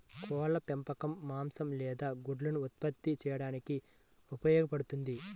కోళ్ల పెంపకం మాంసం లేదా గుడ్లను ఉత్పత్తి చేయడానికి ఉపయోగపడుతుంది